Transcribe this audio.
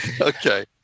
Okay